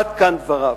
עד כאן דבריו.